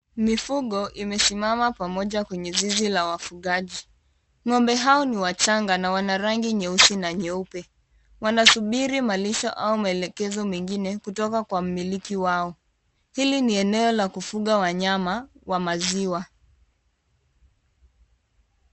Mifugo imesimama pamoja kwenye zizi la wafugaji, ng'ombe hao ni wachanga na wana rangi nyeusi na nyeupe wanasubiri malisho au maelekezo mengine kutoka kwa mmiliki wao, hili ni eneo la kufuga wanyama wa maziwa.